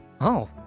Oh